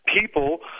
people